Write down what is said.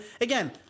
again